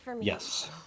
Yes